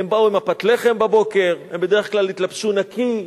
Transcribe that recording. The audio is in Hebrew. הם באו עם פת הלחם בבוקר, הם בדרך כלל התלבשו נקי,